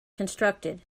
constructed